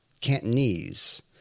Cantonese